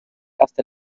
hasta